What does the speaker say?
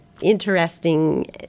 interesting